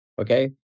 Okay